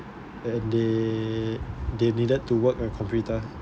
and they needed to work on computer